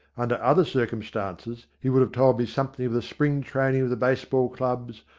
under other circumstances he would have told me something of the spring training of the baseball clubs,